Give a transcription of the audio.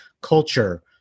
culture